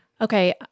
Okay